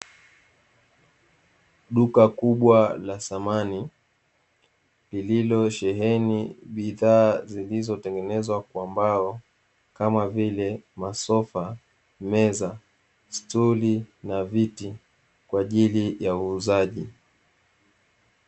Duka kubwa la samani lililosheheni bidhaa zilizotengenezwa kwa mbao, kama vile masofa, meza, stuli na viti, kwa ajili ya uuzaji.